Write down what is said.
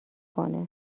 کنه